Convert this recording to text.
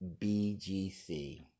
BGC